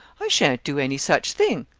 i shan't do any such thing.